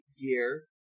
Gear